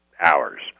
hours